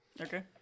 Okay